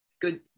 good